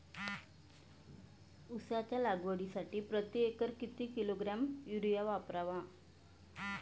उसाच्या लागवडीसाठी प्रति एकर किती किलोग्रॅम युरिया वापरावा?